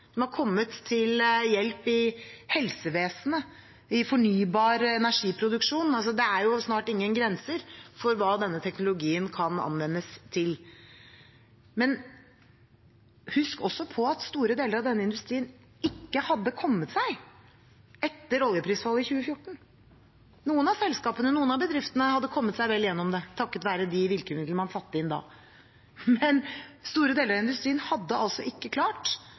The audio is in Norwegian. har kommet til hjelp i helsevesenet og i fornybar energiproduksjon. Det er snart ingen grenser for hva denne teknologien kan anvendes til. Husk også på at store deler av denne industrien ikke hadde kommet seg etter oljeprisfallet i 2014. Noen av selskapene og bedriftene hadde kommet seg vel gjennom det, takket være de virkemidlene man satte inn da. Men store deler av industrien hadde ikke klart